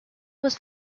was